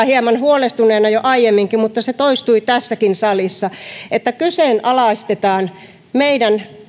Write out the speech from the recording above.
hieman huolestuneena jo aiemminkin ja se toistui tässäkin salissa se että kyseenalaistetaan meidän